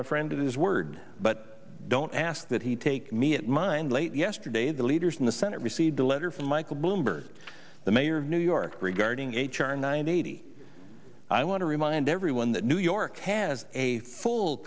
my friend of his word but don't ask that he take me at mine late yesterday the leaders in the senate received a letter from michael bloomberg the mayor of new york regarding h r nine hundred eighty i want to remind everyone that new york has a full